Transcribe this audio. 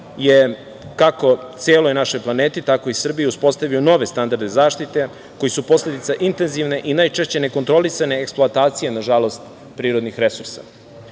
je, kako celoj našoj planeti, tako i Srbiju uspostavio nove standarde zaštite koji su posledica intenzivne i najčešće nekontrolisane eksploatacija, nažalost, prirodnih resursa.U